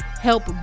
help